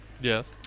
Yes